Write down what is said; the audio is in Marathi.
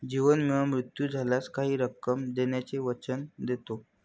जीवन विमा मृत्यू झाल्यास काही रक्कम देण्याचे वचन देतो